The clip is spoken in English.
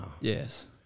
Yes